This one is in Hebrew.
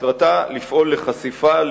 שמטרתה לפעול לחשיפה,